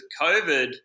COVID